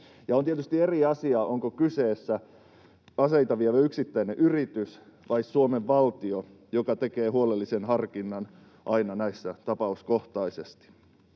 On tietysti eri asia, onko kyseessä aseita vievä yksittäinen yritys vai Suomen valtio, joka tekee huolellisen harkinnan aina näissä tapauskohtaisesti.